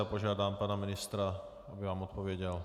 Požádám pana ministra, aby vám odpověděl.